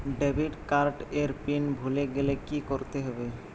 Debit card এর PIN ভুলে গেলে কি করতে হবে?